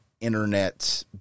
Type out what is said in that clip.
internet